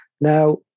Now